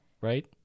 right